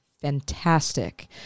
fantastic